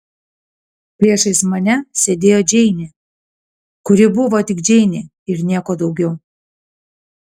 priešais mane sėdėjo džeinė kuri buvo tik džeinė ir nieko daugiau